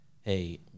hey